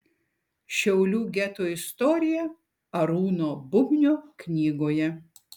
šiaulių geto istorija arūno bubnio knygoje